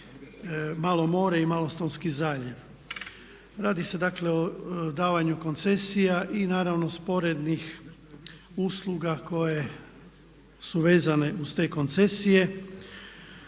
zaljev i malo more. Radi se dakle o davanju koncesija i naravno sporednih usluga koje su vezane uz te koncesije.